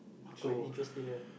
quite interesting eh